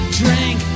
drink